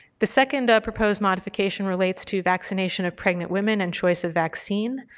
the second proposed modification relates to vaccination of pregnant women and choice of vaccine.